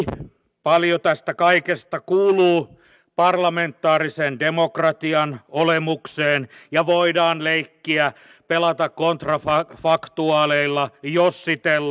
toki paljon tästä kaikesta kuuluu parlamentaarisen demokratian olemukseen ja voidaan leikkiä pelata kontrafaktuaaleilla jossitella